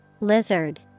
Lizard